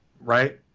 right